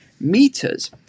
meters